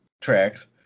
tracks